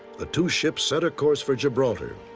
the two ships set a course for gibraltar.